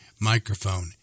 microphone